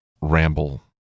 ramble